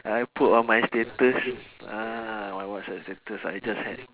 I put on my status ah my whatsapp status I just had